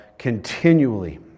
continually